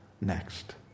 next